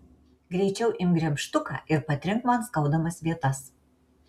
greičiau imk gremžtuką ir patrink man skaudamas vietas